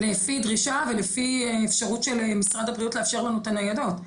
לפי דרישה ולפי אפשרות של משרד הבריאות לאפשר לנו את הניידות.